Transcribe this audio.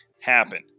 happen